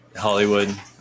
Hollywood